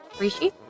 Rishi